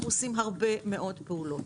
אנחנו עושים הרבה מאוד פעולות.